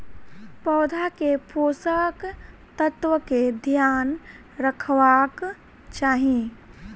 पौधा के पोषक तत्व के ध्यान रखवाक चाही